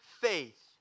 faith